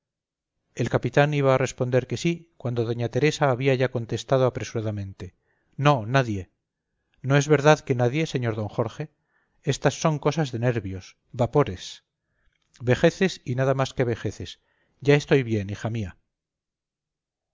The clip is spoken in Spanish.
el capitán iba a responder que sí cuando da teresa había ya contestado apresuradamente no nadie no es verdad que nadie señor don jorge estas son cosas de nervios vapores vejeces y nada más que vejeces ya estoy bien hija mía